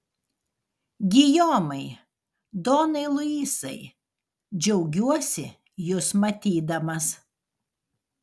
gijomai donai luisai džiaugiuosi jus matydamas